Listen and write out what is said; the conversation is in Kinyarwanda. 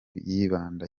yibanda